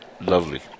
lovely